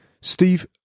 Steve